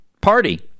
party